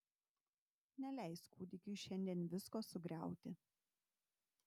neleis kūdikiui šiandien visko sugriauti